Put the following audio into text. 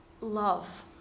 love